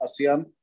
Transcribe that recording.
ASEAN